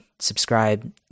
subscribe